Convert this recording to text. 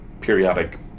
periodic